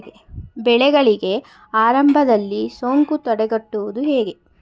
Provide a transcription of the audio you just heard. ಬೆಳೆಗಳಿಗೆ ಆರಂಭದಲ್ಲಿ ಸೋಂಕು ತಡೆಗಟ್ಟುವುದು ಹೇಗೆ?